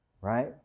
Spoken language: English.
Right